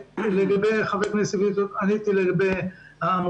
לחבר הכנסת ביטון עניתי בעניין העמותות.